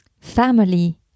family